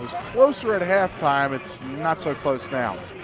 closer at halftime, it's not so close now.